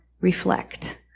Reflect